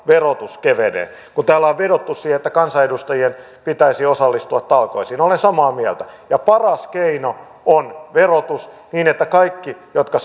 verotus kevenee kun täällä on vedottu siihen että kansanedustajien pitäisi osallistua talkoisiin olen samaa mieltä niin paras keino on verotus niin että kaikki jotka